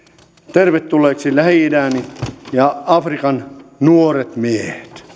tervetulleiksi lähi idän ja afrikan nuoret miehet